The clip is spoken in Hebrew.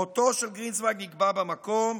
מותו של גרינצווייג נקבע במקום,